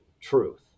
truth